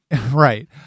Right